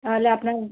তাহলে আপনার